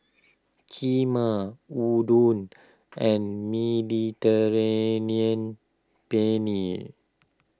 Kheema Udon and Mediterranean Penne